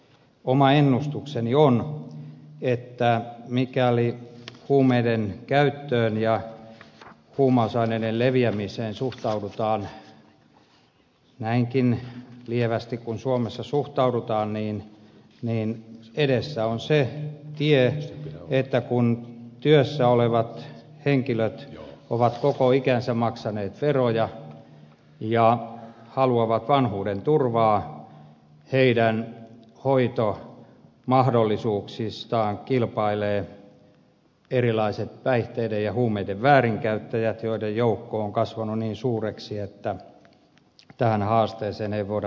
oma ennustukseni on että mikäli huumeiden käyttöön ja huumausaineiden leviämiseen suhtaudutaan näinkin lievästi kuin suomessa suhtaudutaan edessä on se tie että kun työssä olevat henkilöt ovat koko ikänsä maksaneet veroja ja haluavat vanhuudenturvaa heidän hoitomahdollisuuksistaan kilpailevat erilaiset päihteiden ja huumeiden väärinkäyttäjät joiden joukko on kasvanut niin suureksi että tähän haasteeseen ei voida vastata